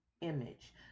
image